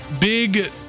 big